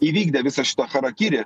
įvykdė visą šitą charakiri